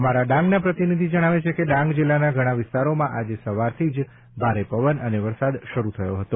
અમારા ડાંગના પ્રતિનિધિ જણાવે છે કે ડાંગ જિલ્લાના ઘણાં વિસ્તારોમાં આજે સવારથી જ ભારે પવન સાથે વરસાદ શરૂ થયો હતો